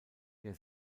der